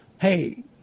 Hey